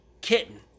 kitten